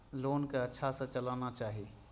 Loan के अच्छा से चलाना चाहि?